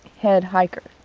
head hiker?